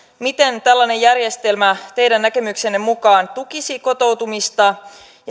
miten tällainen järjestelmä teidän näkemyksenne mukaan tukisi kotoutumista